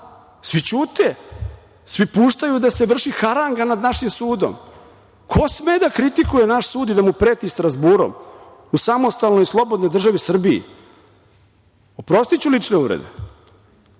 Svi ćute. Svi puštaju da se vrši haranga nad našim sudom. Ko sme da kritikuje naš sud i da mu preti Strazburom, u samostalnoj i slobodnoj državi Srbiji? Oprostiću lične uvrede,